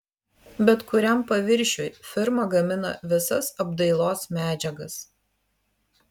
bet kuriam paviršiui firma gamina visas apdailos medžiagas